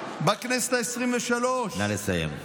בכנסת העשרים-ושלוש, נא לסיים.